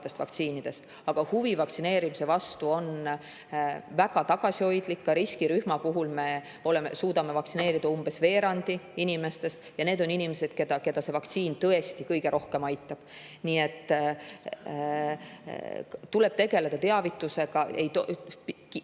Aga huvi vaktsineerimise vastu on väga tagasihoidlik, ka riskirühmast me suudame vaktsineerida umbes veerandi, ja selles rühmas on inimesed, keda see vaktsiin tõesti kõige rohkem aitaks. Nii et tuleb tegeleda teavitusega,